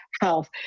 health